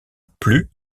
plus